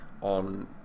on